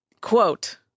Quote